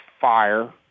fire